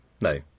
no